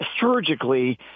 surgically –